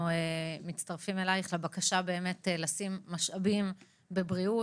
אנחנו מצטרפים אליך לבקשה להשקיע משאבים בבריאות.